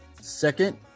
second